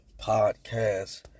podcast